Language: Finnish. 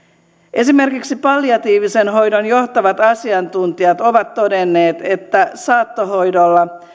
esimerkiksi palliatiivisen hoidon johtavat asiantuntijat ovat todenneet että saattohoidolla